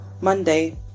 Monday